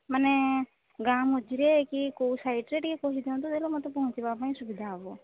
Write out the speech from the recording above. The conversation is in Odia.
ମାନେ ଗାଁ ମଝିରେ କି କେଉଁ ସାଇଡ଼୍ରେ ଟିକିଏ କହିଥାନ୍ତ ହେଲେ ମୋତେ ପହଞ୍ଚିବା ପାଇଁ ସୁବିଧା ହେବ